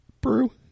Brew